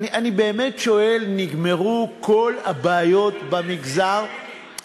אני באמת שואל: נגמרו כל הבעיות במגזר,